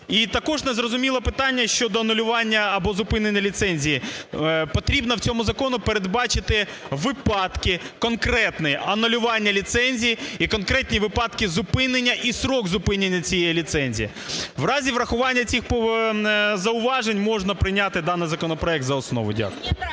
І також незрозуміле питання, щодо анулювання або зупинення ліцензії. Потрібно в цьому законі передбачити випадки конкретні анулювання ліцензії і конкретні випадки зупинення і строк зупинення цієї ліцензії. В разі врахування цих зауважень можна прийняти даний законопроект за основу. Дякую.